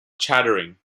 chattering